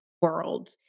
world